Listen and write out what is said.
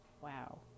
wow